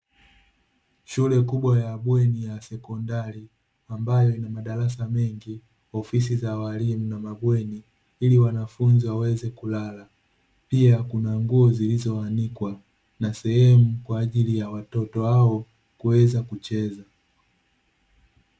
Shule kubwa ya bweni ya sekondari ambayo ina madarasa mengi, ofisi za walimu na mabweni ili wanafunzi waweze kulala, pia kuna nguo zilizoanikwa na sehemu kwaajili ya watoto hao kuweza kucheza,